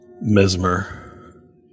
mesmer